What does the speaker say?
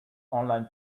online